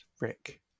Rick